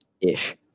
ish